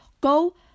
Go